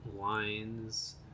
lines